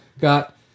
got